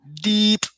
deep